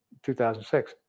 2006